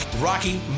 Rocky